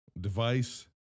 device